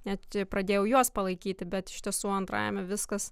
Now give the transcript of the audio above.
net pradėjau juos palaikyti bet iš tiesų antrajame viskas